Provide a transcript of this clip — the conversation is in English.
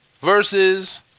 versus